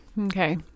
Okay